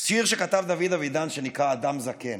שיר שכתב דוד אבידן שנקרא "אדם זקן".